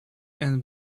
and